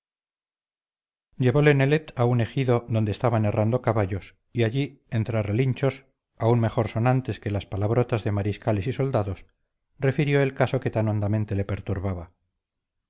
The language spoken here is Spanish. nelet a un ejido donde estaban herrando caballos y allí entre relinchos aún mejor sonantes que las palabrotas de mariscales y soldados refirió el caso que tan hondamente le perturbaba